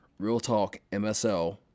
realtalkmsl